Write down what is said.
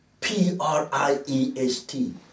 P-R-I-E-S-T